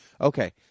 Okay